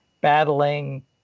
battling